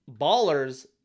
ballers